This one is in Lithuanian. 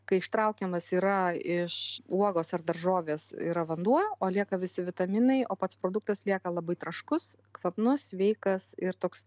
kai ištraukiamas yra iš uogos ar daržovės yra vanduo o lieka visi vitaminai o pats produktas lieka labai traškus kvapnus sveikas ir toks